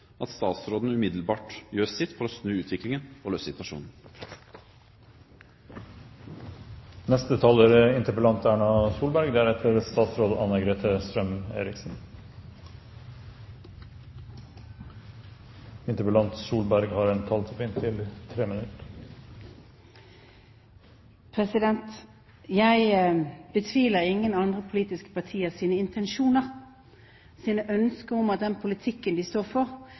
at statsråden umiddelbart gjør sitt for å snu utviklingen og løse situasjonen. Jeg betviler ingen andre politiske partiers intensjoner og deres ønsker om at den politikken de står for, er en politikk som gjør det bedre for pasienter og brukere, men jeg